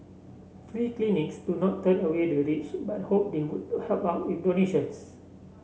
free clinics do not turn away the rich but hope they would help out with donations